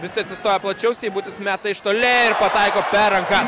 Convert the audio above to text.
visi atsistoja plačiau seibutis meta iš toli ir pataiko per rankas